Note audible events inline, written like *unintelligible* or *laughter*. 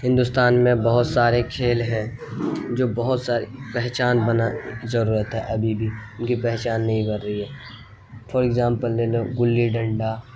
ہندوستان میں بہت سارے کھیل ہیں جو بہت سارے پہچان بنا *unintelligible* ضرورت ہے ابھی بھی ان کی پہچان نہیں بڑھ رہی ہے فار اگزامپل لے لو گلّی ڈنڈا